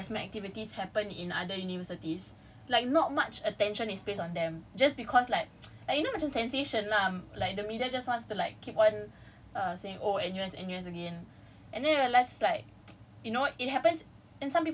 and then like just cause of that even though like other sexual harassment activities happened in other universities like not much attention is placed on them just cause like like you know macam sensation lah like the media just wants to like keep on uh saying oh N_U_S N_U_S again